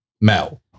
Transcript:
Mel